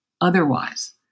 otherwise